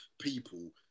people